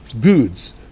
goods